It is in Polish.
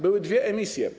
Były dwie emisje.